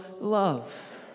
love